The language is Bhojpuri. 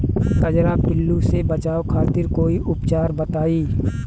कजरा पिल्लू से बचाव खातिर कोई उपचार बताई?